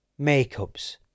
makeups